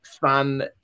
fun